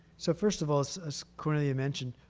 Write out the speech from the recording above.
so first of all, as as cornelia mentioned,